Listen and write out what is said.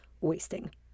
wasting